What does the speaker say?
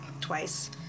twice